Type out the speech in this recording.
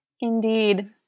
Indeed